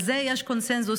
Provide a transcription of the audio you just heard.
על זה יש קונסנזוס.